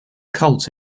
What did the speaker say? cult